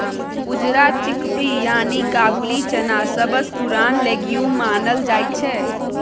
उजरा चिकपी यानी काबुली चना सबसँ पुरान लेग्युम मानल जाइ छै